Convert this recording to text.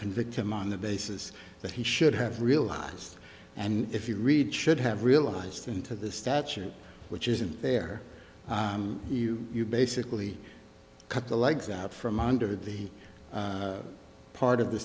convict him on the basis that he should have realized and if you read should have realized into the statute which isn't there you you basically cut the legs out from under the part of the